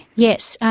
yes.